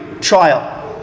trial